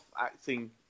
acting